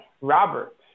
Robert